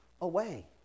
away